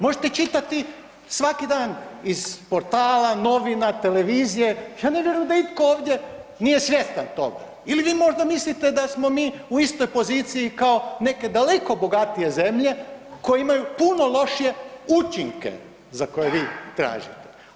Možete čitati svaki dan iz portala, novina, televizije, ja ne vjerujem da itko ovdje nije svjestan toga ili vi možda mislite da smo u istoj poziciji kao neke daleko bogatije zemlje koje imaju puno lošije učinke za koje vi tražite.